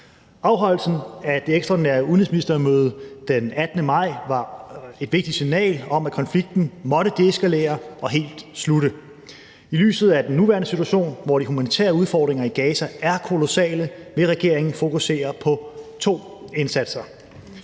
Afholdelsen af et ekstraordinært udenrigsministermøde den 18. maj var et vigtigt signal om, at konflikten måtte deeskalere og helt slutte. I lyset af den nuværende situation, hvor de humanitære udfordringer i Gaza er kolossale, vil regeringen fokusere på to indsatser: